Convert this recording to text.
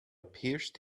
pierced